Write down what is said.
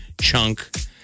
chunk